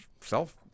self